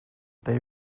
they